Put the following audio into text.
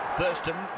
Thurston